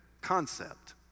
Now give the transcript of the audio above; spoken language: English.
concept